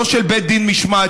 לא של בית דין משמעתי,